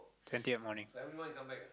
twentieth morning